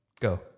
Go